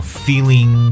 feeling